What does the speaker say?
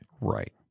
Right